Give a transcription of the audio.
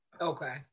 Okay